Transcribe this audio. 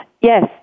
Yes